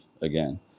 again